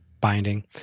binding